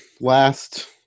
last